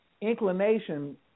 inclination